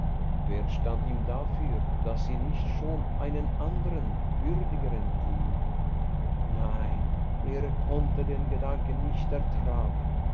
wer stand ihm dafür daß sie nicht schon einen anderen würdigeren lie nein er konnte den gedanken nicht ertragen